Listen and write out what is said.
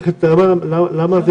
למה?